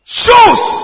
shoes